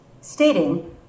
stating